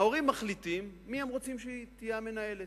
ההורים מחליטים מי הם רוצים שתהיה המנהלת.